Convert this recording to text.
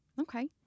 okay